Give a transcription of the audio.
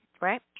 right